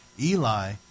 Eli